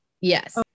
Yes